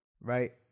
right